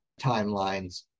timelines